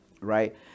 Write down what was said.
right